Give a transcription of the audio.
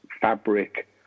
fabric